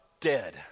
dead